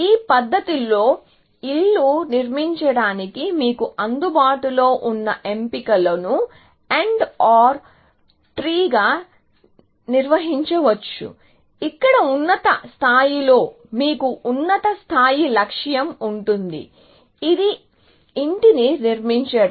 ఈ పద్ధతిలో ఇల్లు నిర్మించటానికి మీకు అందుబాటులో ఉన్న ఎంపికలను AND OR చెట్టుగా నిర్వహించవచ్చు ఇక్కడ ఉన్నత స్థాయిలో మీకు ఉన్నత స్థాయి లక్ష్యం ఉంటుంది ఇది ఇంటిని నిర్మించడం